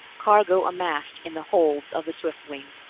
cargo amassed in the holds of the swiftwing,